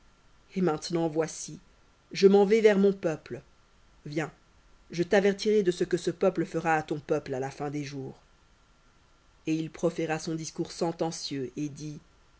et maintenant voici je m'en vais vers mon peuple viens je t'avertirai de ce que ce peuple fera à ton peuple à la fin des jours et il proféra son discours sentencieux et dit